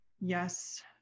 yes